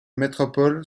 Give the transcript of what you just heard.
métropole